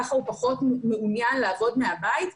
ככה הוא פחות מעוניין לעבוד מהבית.